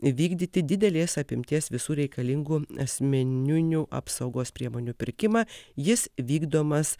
vykdyti didelės apimties visų reikalingų asmeninių apsaugos priemonių pirkimą jis vykdomas